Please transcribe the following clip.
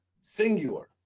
singular